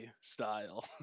style